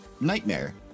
nightmare